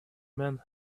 men